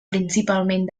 principalment